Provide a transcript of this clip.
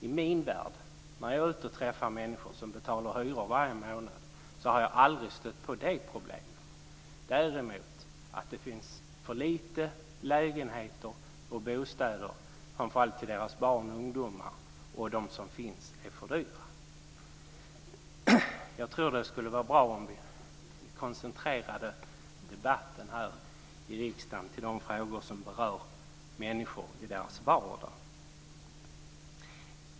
I min värld, när jag är ute och träffar människor som betalar hyra varje månad, har jag aldrig stött på det problemet. Däremot finns det för få lägenheter och bostäder framför allt för barn och ungdomar, och de som finns är för dyra. Jag tror att det skulle vara bra om vi koncentrerade debatten här i riksdagen till de frågor som berör människor i deras vardag.